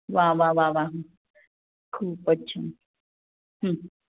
वा वा वा वा खूपच छान